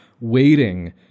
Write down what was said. waiting